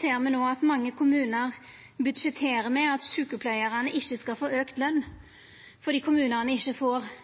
ser me no at mange kommunar budsjetterer med at sjukepleiarane ikkje skal få auka løn, fordi kommunane ikkje får